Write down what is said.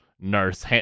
nurse